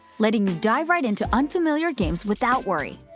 letting you dive right into unfamiliar games without worry.